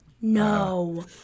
No